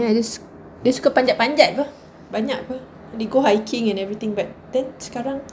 ya dia su~ suka panjat-panjat [pe] banyak [pe] they go hiking and everything but then sekarang